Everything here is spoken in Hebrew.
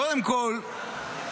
קודם כול,